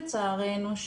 לצערנו,